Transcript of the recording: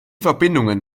verbindungen